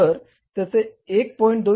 तर त्याचे 1